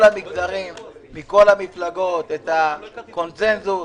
המפלגות, את הקונצזנוס,